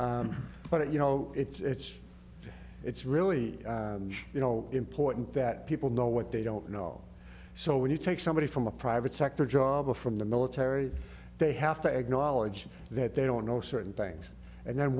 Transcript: but you know it's it's really you know important that people know what they don't know so when you take somebody from a private sector job or from the military they have to acknowledge that they don't know certain facts and then